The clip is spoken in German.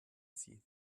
sie